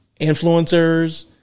Influencers